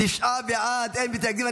תשעה בעד, אין מתנגדים.